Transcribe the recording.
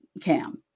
cam